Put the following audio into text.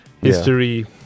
history